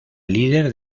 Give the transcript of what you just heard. líder